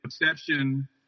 perception